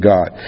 God